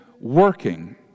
working